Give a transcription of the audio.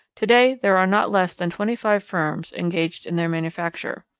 to-day there are not less than twenty firms engaged in their manufacture.